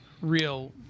real